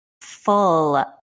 full